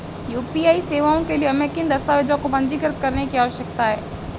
UPI सेवाओं के लिए हमें किन दस्तावेज़ों को पंजीकृत करने की आवश्यकता है?